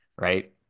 right